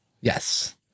Yes